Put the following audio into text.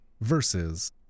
versus